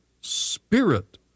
spirit